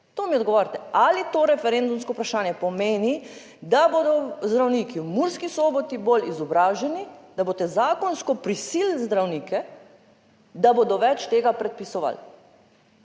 To mi odgovorite. Ali to referendumsko vprašanje pomeni, da bodo zdravniki v Murski Soboti bolj izobraženi, da boste zakonsko prisilili zdravnike, da bodo več tega predpisovali?